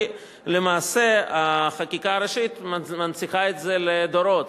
כי למעשה החקיקה הראשית מנציחה את זה לדורות,